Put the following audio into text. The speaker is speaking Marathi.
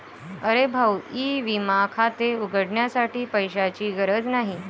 अरे भाऊ ई विमा खाते उघडण्यासाठी पैशांची गरज नाही